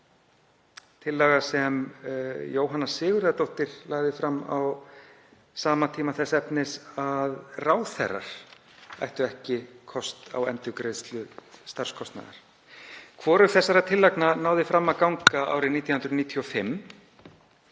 tillögu sem Jóhanna Sigurðardóttir lagði fram á sama tíma þess efnis að ráðherrar ættu ekki kost á endurgreiðslu starfskostnaðar. Hvorug þessara tillagna náði fram að ganga árið 1995